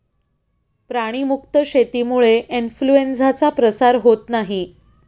प्राणी मुक्त शेतीमुळे इन्फ्लूएन्झाचा प्रसार होत नाही